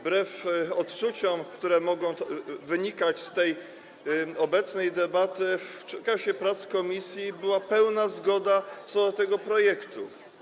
Wbrew odczuciom, które mogą wynikać z obecnej debaty, w czasie prac komisji była pełna zgoda co do tego projektu.